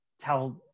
tell